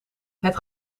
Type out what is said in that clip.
het